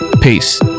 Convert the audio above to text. Peace